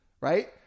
Right